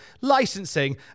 licensing